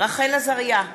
רחל עזריה,